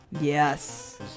Yes